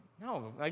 no